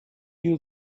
you